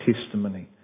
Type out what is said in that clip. testimony